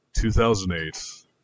2008